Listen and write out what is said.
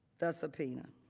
the subpoena.